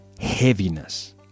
heaviness